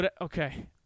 Okay